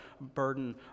burden